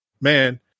man